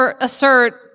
assert